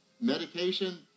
medication